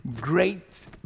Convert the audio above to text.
great